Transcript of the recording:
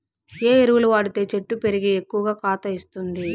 ఏ ఎరువులు వాడితే చెట్టు పెరిగి ఎక్కువగా కాత ఇస్తుంది?